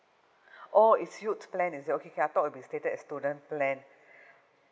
orh it's youth plan is it okay okay I thought it'll be stated as student plan